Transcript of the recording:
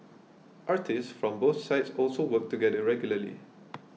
artists from both sides also work together regularly